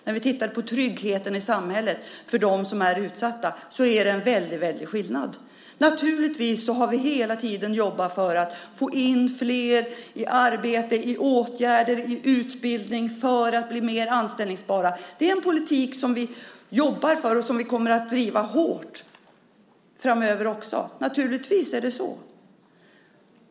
När vi tittar på tryggheten i samhället för dem som är utsatta är det en väldigt stor skillnad. Naturligtvis har vi hela tiden jobbat för att få in flera i arbete, i åtgärder och i utbildning för att de ska bli mer anställningsbara. Det är en politik som vi jobbar för och som vi kommer att driva hårt framöver också. Naturligtvis är det så.